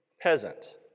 peasant